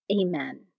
Amen